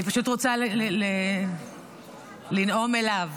אני פשוט רוצה לנאום אליו.